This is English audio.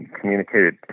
communicated